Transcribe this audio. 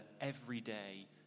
everyday